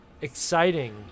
exciting